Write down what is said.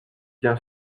bien